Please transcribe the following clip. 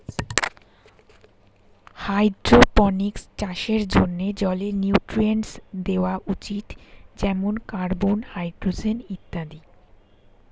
hydroponics চাষের জন্যে জলে নিউট্রিয়েন্টস দেওয়া উচিত যেমন কার্বন, হাইড্রোজেন ইত্যাদি